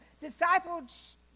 disciples